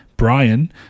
Brian